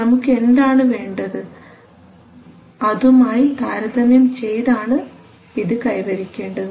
നമുക്ക് എന്താണ് വേണ്ടത് അതുമായി താരതമ്യം ചെയ്താണ് ഇത് കൈവരിക്കേണ്ടത്